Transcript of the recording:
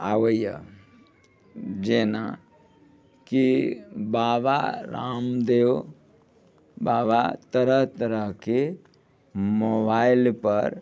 आबैया जेनाकि बाबा रामदेब बाबा तरह तरहके मोबाइल पर